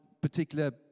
particular